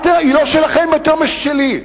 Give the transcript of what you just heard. היא לא שלכם יותר מאשר שלי,